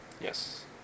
Yes